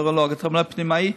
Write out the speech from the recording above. נוירולוג, אתה לפנימאי?